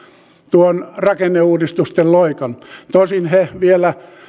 tuon rakenneuudistusten loikan tosin he vielä